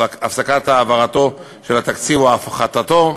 הפסקת העברת התקציב או הפחתתו.